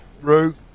Rue